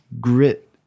grit